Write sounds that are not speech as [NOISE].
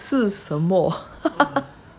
是什么 [LAUGHS]